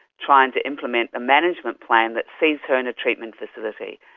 trying to implement a management plan that sees her in a treatment facility,